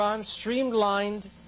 streamlined